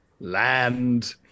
land